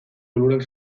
onurak